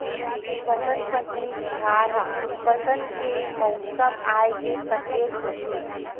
बसंत पंचमी तिहार ह बसंत के मउसम आए के सकेत होथे